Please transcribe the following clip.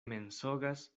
mensogas